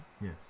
Yes